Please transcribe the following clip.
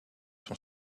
son